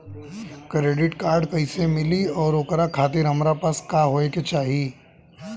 Credit card कैसे मिली और ओकरा खातिर हमरा पास का होए के चाहि?